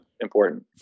important